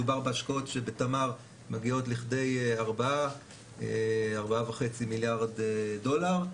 מדובר בהשקעות שבתמר מגיעות לכדי 4 4.5 מיליארד דולר.